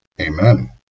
Amen